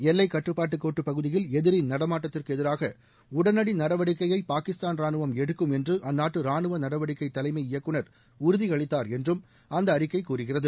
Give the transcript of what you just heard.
எல்லைக் கட்டுப்பாட்டுக் கோட்டுப் பகுதியில் எதிரி நடமாட்டத்திற்கு எதிராக உடனடி நடவடிக்கையை பாகிஸ்தான் ரானுவம் எடுக்கும் என்று அந்நாட்டு ரானுவ நடவடிக்கை தலைமை இயக்குநர் உறுதியளித்தார் என்றும் அந்த அறிக்கை கூறுகிறது